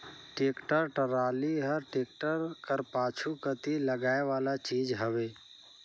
tractor trolley हर tractor कर पाछू कती लगाए वाला चीज हवे